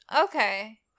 Okay